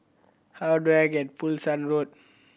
how do I get Pulasan Road